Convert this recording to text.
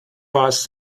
past